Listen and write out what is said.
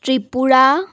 Tripura